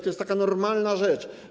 To jest taka normalna rzecz.